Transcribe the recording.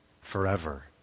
Forever